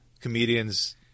comedians